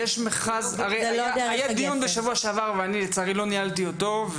היה דיון בשבוע שעבר ואני לצערי לא ניהלתי אותו,